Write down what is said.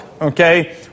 okay